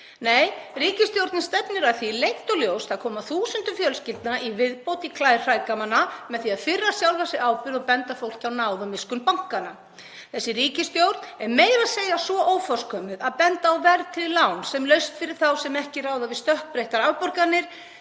Nei, ríkisstjórnin stefnir að því leynt og ljóst að koma þúsundum fjölskyldna í viðbót í klær hrægammanna með því að firra sjálfa sig ábyrgð og benda fólki á náð og miskunn bankanna. Þessi ríkisstjórn er meira að segja svo óforskömmuð að benda á verðtryggð lán sem lausn fyrir þá sem ekki ráða við stökkbreyttar afborganir,